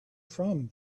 from